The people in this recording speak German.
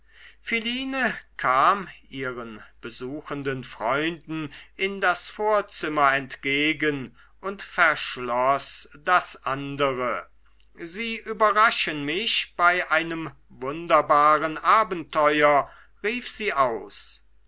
philine kam ihren besuchenden freunden in das vorzimmer entgegen und verschloß das andere sie überraschen mich bei einem wunderbaren abenteuer rief sie aus